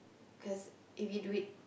cause if you do it